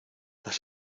las